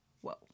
whoa